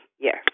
yes